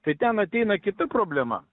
tai ten ateina kita problema